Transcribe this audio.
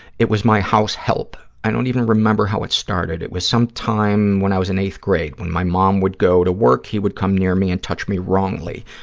it was my house help. i don't even remember how it started. it was some time when i was in eighth grade, when my mom would go to work, he would come near me and touch me wrongly,